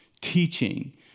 teaching